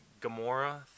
gamora